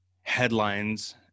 headlines